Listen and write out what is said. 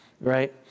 right